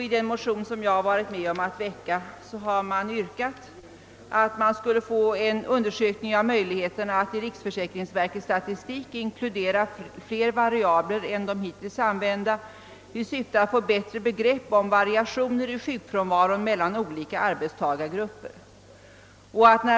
I den motion som jag har varit med om att väcka yrkas på en undersökning av möjligheterna att i riksförsäkringsverkets statistik inkludera fler variabler än de hittills använda i syfte att få bättre begrepp om variationer mellan olika arbetstagargrupper.